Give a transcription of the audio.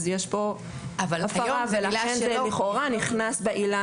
אז יש כאן הפרה ולכן זה לכאורה נכנס בעילה.